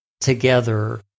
together